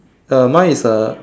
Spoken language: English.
uh mine is a